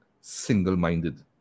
single-minded